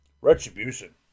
Retribution